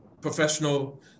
professional